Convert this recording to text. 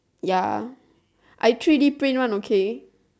ya I three-D print one okay